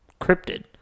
cryptid